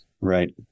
Right